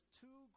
two